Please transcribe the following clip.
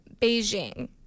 Beijing